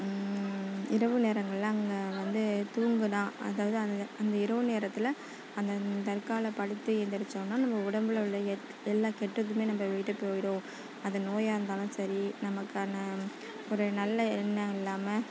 இரவு நேரங்கள்ல அங்கே வந்து தூங்கினா அதாவது அதை அந்த இரவு நேரத்தில் அந்த தர்காவில படுத்து எந்திருச்சோனா நம்ம உடம்பில் உள்ள எல்லா கெட்டதுமே நம்மள விட்டு போய்டும் அது நோயாக இருந்தாலும் சரி நமக்கான ஒரு நல்ல எண்ணம் இல்லாமல்